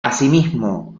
asimismo